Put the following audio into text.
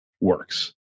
works